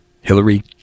Hillary